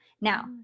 Now